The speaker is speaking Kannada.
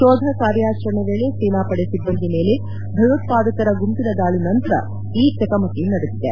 ಶೋಧ ಕಾರ್ಯಾಚರಣೆ ವೇಳೆ ಸೇನಾಪಡೆ ಸಿಬ್ಬಂದಿ ಮೇಲೆ ಭಯೋತ್ಪಾದಕರ ಗುಂಪಿನ ದಾಳಿ ನಂತರ ಈ ಚಕಮಕಿ ನಡೆದಿದೆ